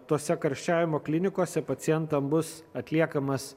tose karščiavimo klinikose pacientam bus atliekamas